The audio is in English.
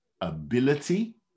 ability